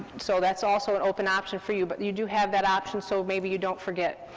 so that's also an open option for you, but you do have that option, so maybe you don't forget.